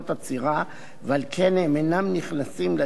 ועל כן הם אינם נכנסים ליישוב במסלולם,